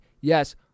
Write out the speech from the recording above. Yes